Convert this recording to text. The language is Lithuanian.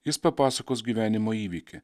jis papasakos gyvenimo įvykį